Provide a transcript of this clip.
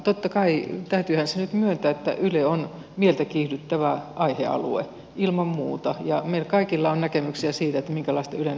totta kai täytyyhän se nyt myöntää että yle on mieltä kiihdyttävä aihealue ilman muuta ja meillä kaikilla on näkemyksiä siitä minkälaista ylen ohjelmiston pitäisi olla